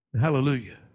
Hallelujah